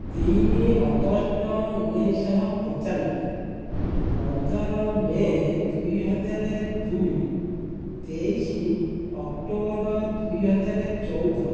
ତିନି ଅଗଷ୍ଟ ଉଣେଇଶ ଶହ ପଞ୍ଚାନବେ ପନ୍ଦର ମେ' ଦୁଇ ହଜାର ଦୁଇ ତେଇଶ ଅକ୍ଟୋବର୍ ଦୁଇ ହଜାର ଚଉଦ